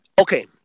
okay